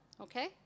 okay